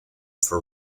for